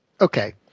Okay